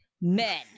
men